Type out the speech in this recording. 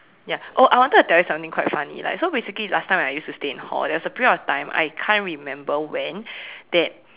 ya oh I wanted to tell you something quite funny like so basically last time I used to stay in hall there was a period of time I can't remember when that